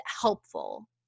helpful